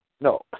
No